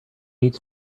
needs